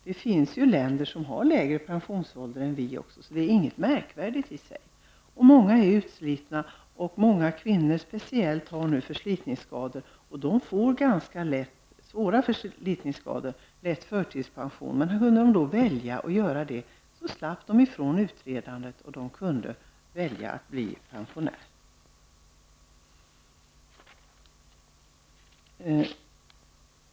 Det finns ju länder som har lägre pensionsålder än vi, så det är inget märkligt. Många människor är utslitna, och speciellt många kvinnor har nu förslitningsskador. Vid svåra förslitningsskador får de ganska lätt förtidspension. Men kunde de då välja att bli pensionärer, så skulle de slippa ifrån utredande.